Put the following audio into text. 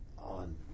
On